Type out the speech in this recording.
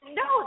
no